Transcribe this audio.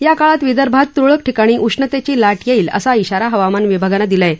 या काळात विदर्भात तुरळक ठिकाणी उष्णतेची लाट येईल असा श्राारा हवामान विभागानं दिला आहे